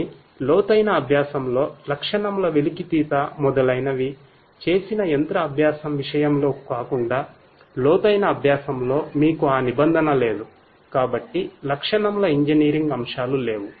కానీ లోతైన అభ్యాసంలో లక్షణముల వెలికితీత మొదలైనవి చేసిన యంత్ర అభ్యాసం విషయంలో కాకుండాలోతైన అభ్యాసంలో మీకు ఆ నిబంధన లేదుకాబట్టి లక్షణముల ఇంజనీరింగ్ అంశాలు లేవు